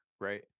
right